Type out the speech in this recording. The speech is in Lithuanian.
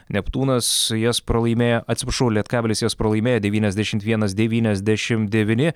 neptūnas jas pralaimėjo atsiprašau lietkabelis jas pralaimėjo devyniasdešimt vienas devyniasdešim devyni